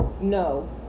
no